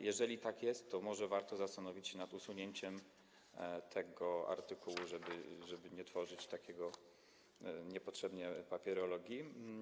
Jeżeli tak jest, to może warto zastanowić się nad usunięciem tego artykułu, żeby nie tworzyć niepotrzebnie papierologii.